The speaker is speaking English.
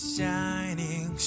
Shining